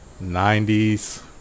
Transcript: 90s